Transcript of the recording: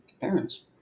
parents